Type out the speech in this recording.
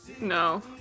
No